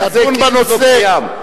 כאילו זה לא קיים.